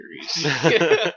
series